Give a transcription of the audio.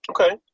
Okay